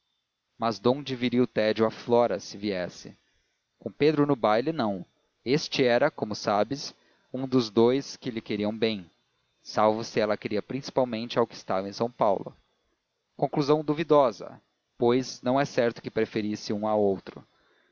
mas donde viria o tédio a flora se viesse com pedro no baile não este era como sabes um dos dous que lhe queriam bem salvo se ela queria principalmente ao que estava em são paulo conclusão duvidosa pois não é certo que preferisse um a outro